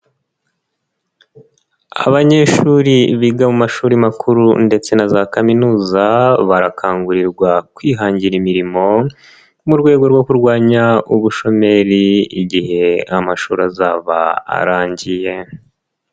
Abanyeshuri biga mu mashuri makuru ndetse na za kaminuza, barakangurirwa kwihangira imirimo mu rwego rwo kurwanya ubushomeri igihe amashuri azaba arangiye.